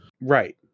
Right